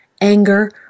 anger